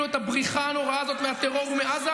את הבריחה הנוראה הזאת מהטרור ומעזה.